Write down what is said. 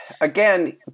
Again